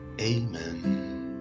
Amen